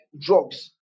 drugs